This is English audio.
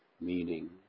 meaning